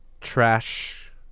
trash